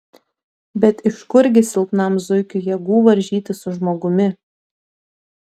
bet iš kurgi silpnam zuikiui jėgų varžytis su žmogumi